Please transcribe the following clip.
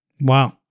Wow